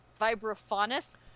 vibraphonist